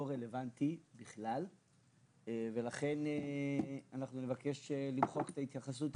לא רלוונטי ולכן אנחנו נבקש למחוק את ההתייחסות הזאת.